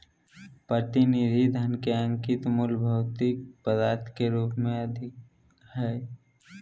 प्रतिनिधि धन के अंकित मूल्य भौतिक पदार्थ के रूप में अधिक हइ